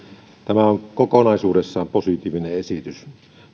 tämä on kokonaisuudessaan positiivinen esitys tämä